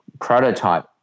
prototype